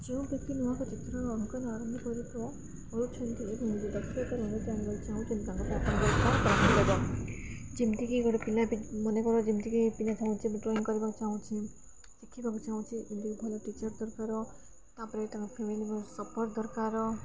ଯେଉଁ ବ୍ୟକ୍ତି ନୂଆକରି ଚିତ୍ର ଅଙ୍କନ ଆରମ୍ଭ କରିଥିବ କରୁଛନ୍ତି ନିଜ ଦକ୍ଷତା ଚାହୁଁଛନ୍ତି ତାଙ୍କ ଯେମିତିକି ଗୋଟେ ପିଲା ମନେକର ଯେମିତିକି ପିଲା ଚାହୁଁଛି ଯେ ଡ୍ରଇଂ କରିବାକୁ ଚାହୁଁଛି ଶିଖିବାକୁ ଚାହୁଁଛି ଯେମିତିକି ଭଲ ଟିଚର୍ ଦରକାର ତା'ପରେ ତାଙ୍କ ଫ୍ୟାମିଲି ସପୋର୍ଟ୍ ଦରକାର